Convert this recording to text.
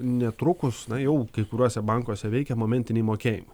netrukus na jau kai kuriuose bankuose veikia momentiniai mokėjimai